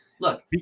Look